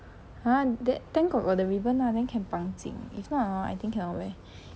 !huh! th~ thank god got the ribbon lah then can 绑紧 if not orh I think cannot wear